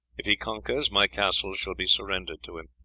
if he conquers, my castle shall be surrendered to him,